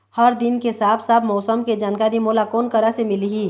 हर दिन के साफ साफ मौसम के जानकारी मोला कोन करा से मिलही?